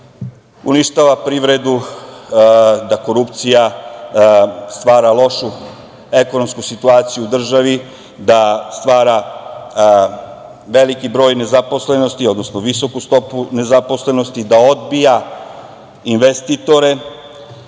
uništava privredu, da korupcija stvar lošu ekonomsku situaciju u državi, da stvara veliki broj nezaposlenosti, odnosno visoku stopu nezaposlenosti i da odbija investitore. Godine